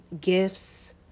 gifts